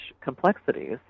complexities